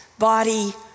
body